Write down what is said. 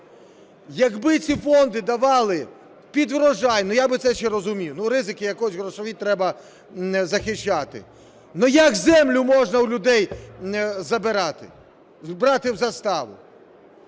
Якби ці фонди давали під врожай, ну, я би це ще розумів, ну ризики якось грошові треба захищати. Ну як землю можна у людей забирати, брати в заставу?